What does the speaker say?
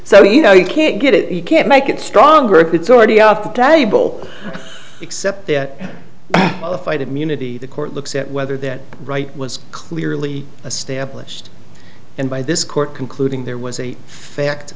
so you know you can't get it you can't make it stronger it's already off the table except that the fight immunity the court looks at whether that right was clearly a stamp list and by this court concluding there was a fact